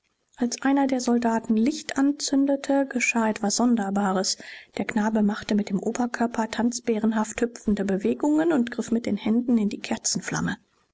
als einer der soldaten licht anzündete geschah etwas sonderbares der knabe machte mit dem oberkörper tanzbärenhaft hüpfende bewegungen und griff mit den händen in die